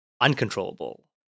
uncontrollable